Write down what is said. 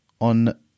on